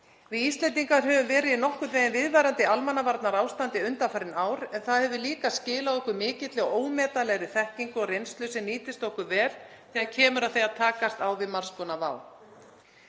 Við Íslendingar höfum verið í nokkurn veginn viðvarandi almannavarnaástandi undanfarin ár en það hefur líka skilað okkur mikilli og ómetanlegri þekkingu og reynslu sem nýtist okkur vel þegar kemur að því að takast á við margs konar vá.